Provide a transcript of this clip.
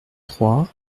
trois